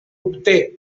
obté